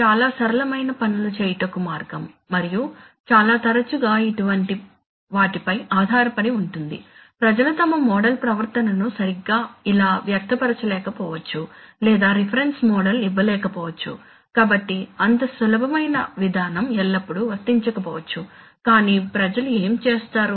శుభోదయం ఇది చాలా సరళమైన పనులు చేయుటకు మార్గం మరియు చాలా తరచుగా ఇటు వంటి వాటిపై ఆధారపడి ఉంటుంది ప్రజలు తమ మోడల్ ప్రవర్తనను సరిగ్గా ఇలా వ్యక్తపరచలేకపోవచ్చు లేదా రిఫరెన్స్ మోడల్ ఇవ్వలేకపోవచ్చు కాబట్టి అంత సులభమైన విధానం ఎల్లప్పుడూ వర్తించకపోవచ్చు కాని ప్రజలు ఏమి చేస్తారు